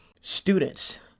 students